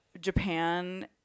Japan